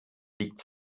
liegt